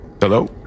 Hello